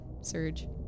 surge